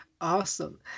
Awesome